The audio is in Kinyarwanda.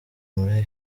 muri